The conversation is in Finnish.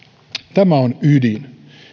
tämä on ydin